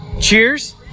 cheers